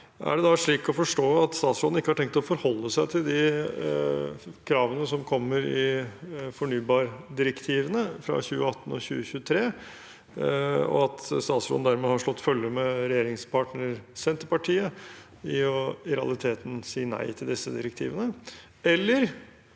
Er det da slik å forstå at statsråden ikke har tenkt å forholde seg til kravene i fornybardirektivene, fra 2018 og 2023, og at statsråden dermed har slått følge med regjeringspartner Senterpartiet og i realiteten sier nei til disse direktivene?